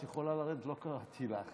את יכולה לרדת, לא קראתי לך.